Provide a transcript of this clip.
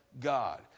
God